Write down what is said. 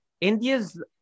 India's